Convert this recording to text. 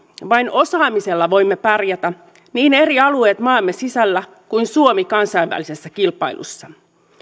vain osaamisella voimme pärjätä niin eri alueet maamme sisällä kuin suomi kansainvälisessä kilpailussa